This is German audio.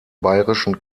bayerischen